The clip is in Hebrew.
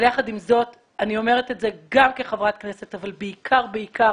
אני אומרת את זה גם כחברת כנסת, אבל בעיקר בעיקר